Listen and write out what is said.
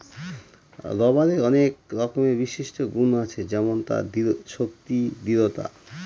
রবারের আনেক রকমের বিশিষ্ট গুন আছে যেমন তার শক্তি, দৃঢ়তা